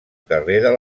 carrer